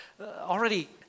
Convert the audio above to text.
already